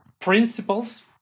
principles